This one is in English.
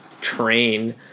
train